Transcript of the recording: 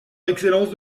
excellence